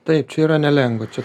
taip čia yra nelengva čia